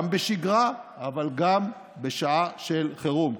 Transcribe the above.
גם בשגרה, אבל גם בשעה של חירום.